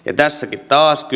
ja tässäkin on taas